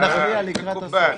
ונכריע לקראת הסוף.